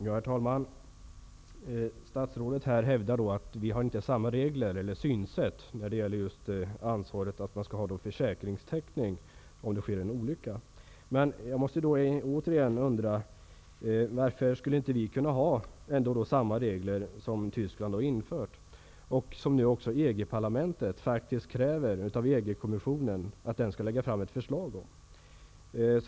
Herr talman! Statsrådet hävdar att vi inte har samma synsätt när det gäller ansvaret och att det skall finnas en försäkringstäckning om det sker en olycka. Jag undrar då återigen varför vi inte skulle kunna ha samma regler som Tyskland har infört och som nu också EG-parlamentet kräver att EG kommisssionen skall lägga fram förslag om?